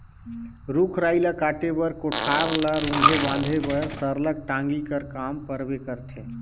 रूख राई ल काटे बर, कोठार ल रूधे बांधे बर सरलग टागी कर काम परबे करथे